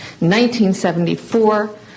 1974